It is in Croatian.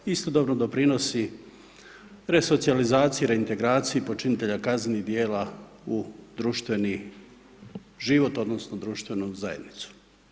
Istodobno doprinosi resocijalizaciji, reintegraciji počinitelja kaznenih djela u društveni život, odnosno društvenu zajednicu.